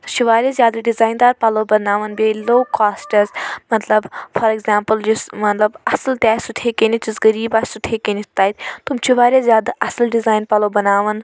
سۄ چھِ واریاہ زیادٕ ڈِزاین دار پَلوٚو بناوان بیٚیہِ لوٚو کوٛاسٹٕس مطلب فار ایٚگزامپٕل یُس مطلب اصٕل تہِ آسہِ سُہ تہِ ہیٚکہِ أنِتھ یُس غریٖب آسہِ سُہ تہِ ہیٚکہِ أنِتھ تتہِ تِم چھِ واریاہ زیادٕ اصٕل ڈِزاین پَلوٚو بناوان